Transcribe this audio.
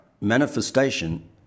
manifestation